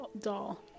doll